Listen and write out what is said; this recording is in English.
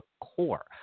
core